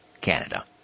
Canada